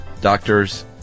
doctors